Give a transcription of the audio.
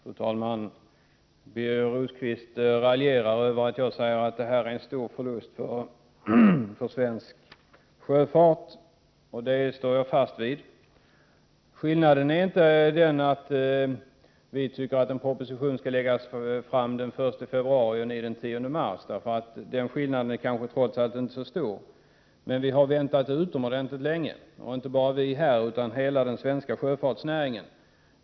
Fru talman! Birger Rosqvist raljerade över att jag säger att det här är en stor förlust för svensk sjöfart. Det står jag fast vid. Skillnaden är inte den att vi tycker att en proposition skall läggas fram den 1 februari och ni den 10 mars — den skillnaden är trots allt kanske inte så stor. Men vi har väntat utomordentligt länge — inte bara vi här, utan hela den svenska sjöfartsnäringen.